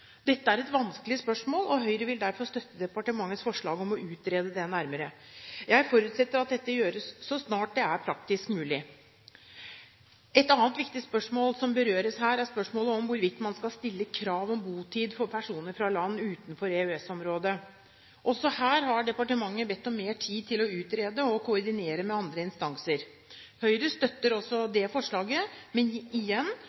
Dette er et vanskelig spørsmål, og Høyre vil derfor støtte departementets forslag om å utrede det nærmere. Jeg forutsetter at dette gjøres så snart det er praktisk mulig. Et annet viktig spørsmål som berøres her, er spørsmålet om hvorvidt man skal stille krav om botid for personer fra land utenfor EØS-området. Også her har departementet bedt om mer tid til å utrede og koordinere med andre instanser. Høyre støtter også det forslaget, men igjen: